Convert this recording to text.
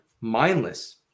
mindless